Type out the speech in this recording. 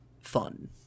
fun